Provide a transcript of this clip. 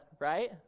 right